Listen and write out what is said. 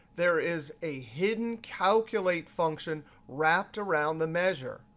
there is a hidden calculate function wrapped around the measure.